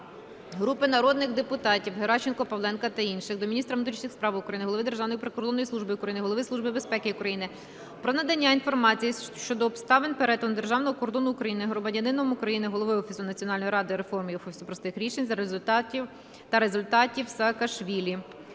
Групи народних депутатів (Геращенко, Павленка та інших) до міністра внутрішніх справ України, голови Державної прикордонної служби України, Голови Служби безпеки України про надання інформації щодо обставин перетину державного кордону України громадянином України, головою Офісу Національної ради реформ і Офісу простих рішень та результатів Саакашвілі.